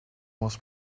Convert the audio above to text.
was